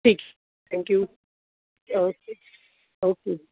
ਠੀਕ thank you okay okay ਜੀ